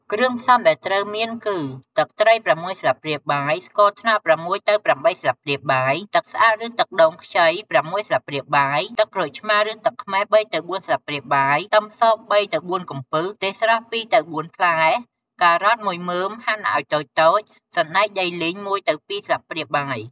គ្គ្រឿងផ្សំដែលត្រូវមានគឺ ទឹកត្រី ៦ ស្លាបព្រាបាយ, ស្ករត្នោត ៦ទៅ៨ ស្លាបព្រាបាយ, ទឹកស្អាត ឬទឹកដូងខ្ចី ៦ ស្លាបព្រាបាយ,ទឹកក្រូចឆ្មារ ឬទឹកខ្មេះ ៣ទៅ៤ ស្លាបព្រាបាយ, ខ្ទឹមស ៣ទៅ៤ កំពឹស, ម្ទេសស្រស់ ២ទៅ៤ ផ្លែ, ការ៉ុត១ មើមហាន់ឲ្យតូចៗ, សណ្ដែកដីលីង ១ទៅ២ ស្លាបព្រាបាយ។